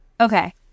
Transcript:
Okay